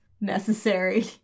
necessary